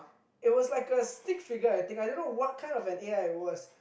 it was like a stick figure I think I don't know what kind of an A_I it was